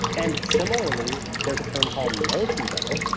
and similarly, there's a term called nocebo,